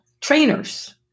trainers